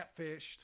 catfished